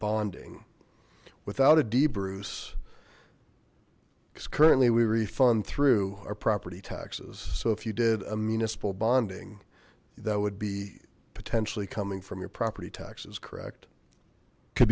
bonding without a d bruce because currently we refund through our property taxes so if you did a municipal bonding that would be potentially coming from your property taxes correct c